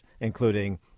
including